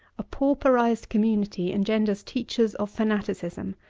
a pauperized community engenders teachers of fanaticism,